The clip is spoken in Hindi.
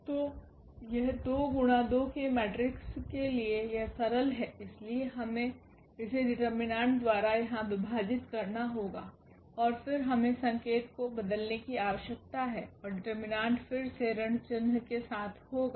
तो यह 2 गुणा 2 के मेट्रिक्स के लिए यह सरल है इसलिए हमें इसे डिटेर्मिनेंट द्वारा यहां विभाजित करना होगा और फिर हमें संकेत को बदलने की आवश्यकता है और डिटेर्मिनेंट फिर से ऋण चिन्ह के साथ होगा